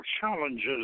challenges